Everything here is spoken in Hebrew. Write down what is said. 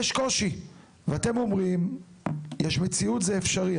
יש קושי ואתם אומרים, יש מציאות זה אפשרי.